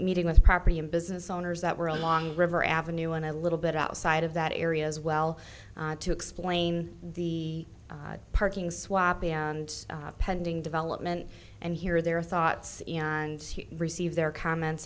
meeting with property and business owners that were along river avenue and a little bit outside of that area as well to explain the parking swap and pending development and hear their thoughts and receive their comments